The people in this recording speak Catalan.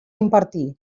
impartir